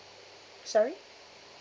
sorry